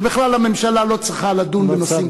ובכלל הממשלה לא צריכה לדון בנושאים כאלה.